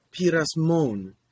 pirasmon